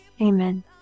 Amen